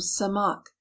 Samak